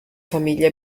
famiglie